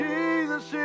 Jesus